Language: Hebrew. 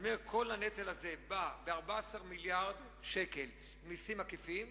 כל הנטל הזה בא מ-14 מיליארד שקל מסים עקיפים,